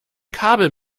kabel